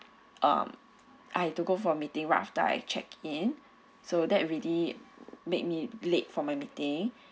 um I have to go for meeting right after I check in so that already made me late from my meeting